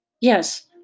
Yes